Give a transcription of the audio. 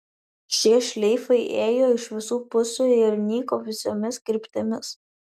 šie šleifai ėjo iš visų pusių ir nyko visomis kryptimis